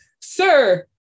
sir